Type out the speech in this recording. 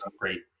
great